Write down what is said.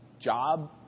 Job